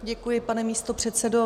Děkuji, pane místopředsedo.